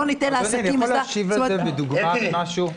אני יכול להשיב על זה בדוגמה ממשהו?